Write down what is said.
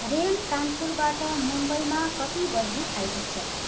rail कानपुरबाट मुम्बईमा कति बजी आइपुग्छ